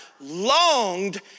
longed